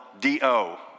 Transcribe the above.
D-O